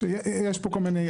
יש פה כל מיני,